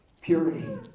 purity